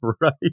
right